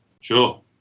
Sure